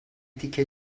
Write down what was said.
تیکه